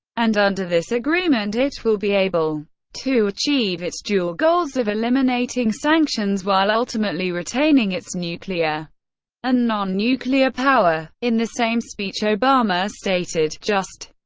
and under this agreement it will be able to achieve its dual goals of eliminating sanctions while ultimately retaining its nuclear and non-nuclear power. in the same speech, obama stated just,